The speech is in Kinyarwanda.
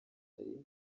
nari